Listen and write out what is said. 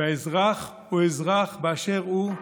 והאזרח הוא אזרח באשר הוא,